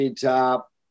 Top